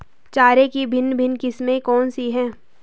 चारे की भिन्न भिन्न किस्में कौन सी हैं?